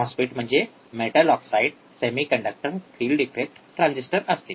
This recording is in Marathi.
मॉस्फेट म्हणजे metal oxide semiconductor field effect transistor असते